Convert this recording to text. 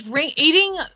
eating